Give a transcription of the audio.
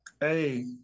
Hey